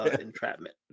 entrapment